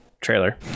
trailer